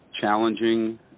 challenging